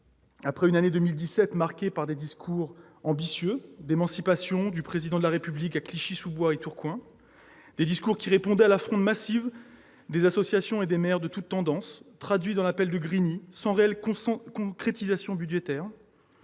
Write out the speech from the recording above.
2017 avait été marquée par des discours ambitieux d'émancipation du Président de la République à Clichy-sous-Bois et Tourcoing, qui répondaient à la fronde massive des associations et des maires de toutes tendances traduite dans l'appel de Grigny, mais qui étaient dénués de réelles concrétisations budgétaires.